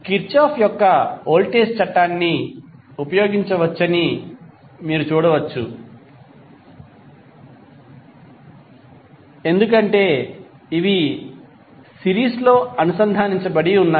Kirchhoff యొక్క voltage చట్టాన్ని ఉపయోగించవచ్చని మీరు చూడవచ్చు ఎందుకంటే ఇవి సిరీస్లో అనుసంధానించబడి ఉన్నాయి